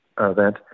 event